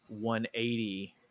180